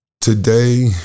Today